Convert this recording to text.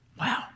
Wow